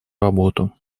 работу